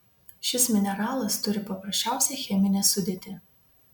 šis mineralas turi paprasčiausią cheminę sudėtį